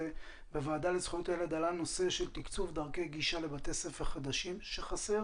בוועדה לזכויות הילד עלה נושא תקצוב דרכי גישה לבתי ספר חדשים שחסר